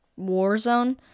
Warzone